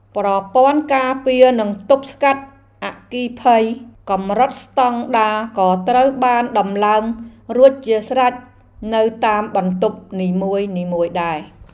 ប្រព័ន្ធការពារនិងទប់ស្កាត់អគ្គិភ័យកម្រិតស្តង់ដារក៏ត្រូវបានដំឡើងរួចជាស្រេចនៅតាមបន្ទប់នីមួយៗដែរ។